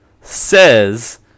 says